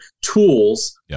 tools